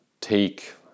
take